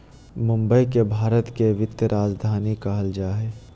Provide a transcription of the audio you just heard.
मुंबई के भारत के वित्तीय राजधानी कहल जा हइ